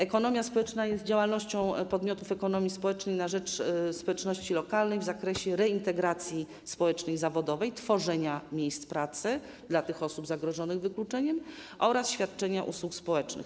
Ekonomia społeczna jest działalnością podmiotów ekonomii społecznej na rzecz społeczności lokalnej w zakresie reintegracji społecznej i zawodowej, tworzenia miejsc pracy dla osób zagrożonych wykluczeniem oraz świadczenia usług społecznych.